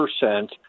percent